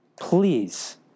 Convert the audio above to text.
Please